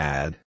Add